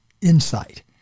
insight